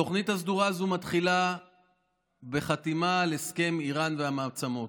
התוכנית הסדורה הזו מתחילה בחתימה על הסכם איראן והמעצמות.